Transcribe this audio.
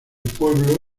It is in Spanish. pueblo